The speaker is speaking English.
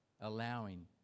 allowing